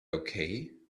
okay